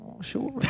Sure